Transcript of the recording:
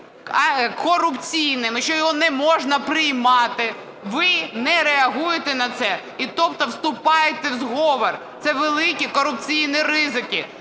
корупційним і що його неможна приймати, ви не реагуєте на це і тобто вступаєте в зговор. Це великі корупційні ризики.